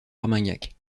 armagnac